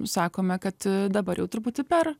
sakome kad dabar jau truputį per